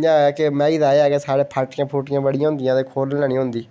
इयां ऐ के मैंही दा ऐ कि साढ़े पडाटिया पुडाटियां बड़ियां होंदियां ते खोलन नेईं होंदी